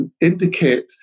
indicate